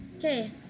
Okay